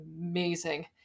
amazing